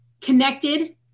connected